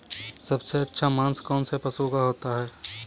सबसे अच्छा मांस कौनसे पशु का होता है?